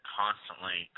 constantly